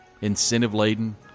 incentive-laden